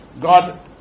God